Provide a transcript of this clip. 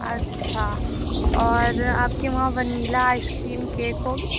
اچھا اور آپ کے وہاں ونیلا آئس کریم کیک ہوگی